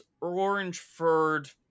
orange-furred